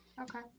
Okay